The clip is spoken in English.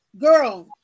Girl